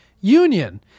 Union